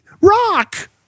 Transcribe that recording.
rock